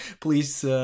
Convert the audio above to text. Please